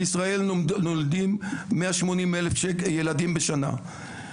בישראל נולדים 180 אלף ילדים בשנה,